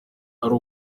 ari